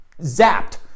zapped